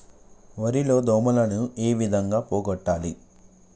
వరి లో దోమలని ఏ విధంగా పోగొట్టాలి?